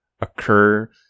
occur